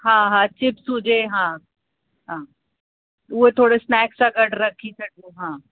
हा हा चिप्स हुजे हा हा उए थोरो स्नैक्स सां गॾु रखी करे हा